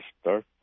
start